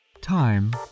Time